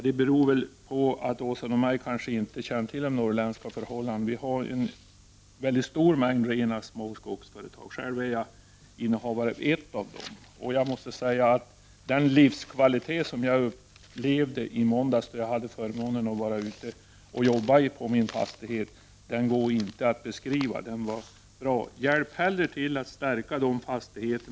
Det beror kanske på att Åsa Domeij inte känner till de norrländska förhållandena. Vi har en stor mängd rena små skogsföretag. Jag är själv innehavare av ett av dem. Jag måste säga att den livskvalitet som jag upplevde i måndags, då jag hade förmånen att vara ute och jobba på min fastighet, den går inte att beskriva. Hjälp till att stärka dessa fastigheter!